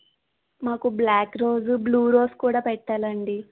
మాకు black rose blue rose కూడా పెట్టాలండి